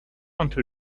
until